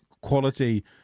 quality